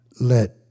Let